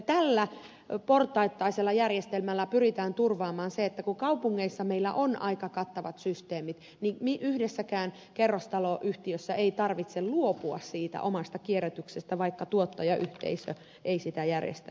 tällä portaittaisella järjestelmällä pyritään turvaamaan se että kun kaupungeissa meillä on aika kattavat systeemit niin yhdessäkään kerrostaloyhtiössä ei tarvitse luopua siitä omasta kierrätyksestä vaikka tuottajayhteisö ei sitä järjestäisikään